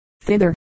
thither